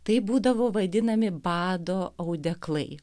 taip būdavo vadinami bado audeklai